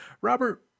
robert